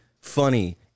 funny